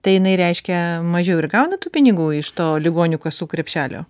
tai jinai reiškia mažiau ir gauna tų pinigų iš to ligonių kasų krepšelio